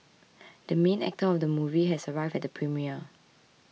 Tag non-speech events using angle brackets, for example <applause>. <noise> the main actor of the movie has arrived at the premiere